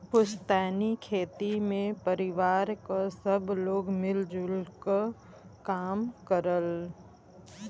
पुस्तैनी खेती में परिवार क सब लोग मिल जुल क काम करलन